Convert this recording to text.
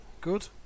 Good